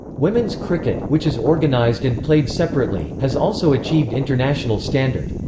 women's cricket, which is organised and played separately, has also achieved international standard.